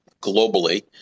globally